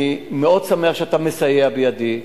אני מאוד שמח שאתה מסייע בידי.